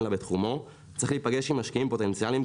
קרנות ואנג'לים במקרה הטוב ולבזבז משאבים קריטיים